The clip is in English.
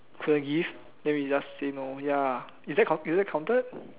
say give then we just say no ya is that is that counted